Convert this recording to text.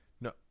No